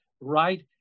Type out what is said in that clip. Right